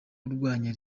urwanya